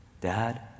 Dad